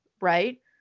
right